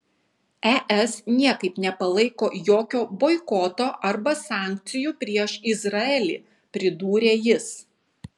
es niekaip nepalaiko jokio boikoto arba sankcijų prieš izraelį pridūrė jis